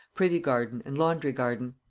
privy garden, and laundry garden.